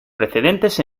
precedentes